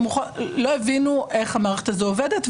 לא הבינו איך המערכת הזאת עובדת,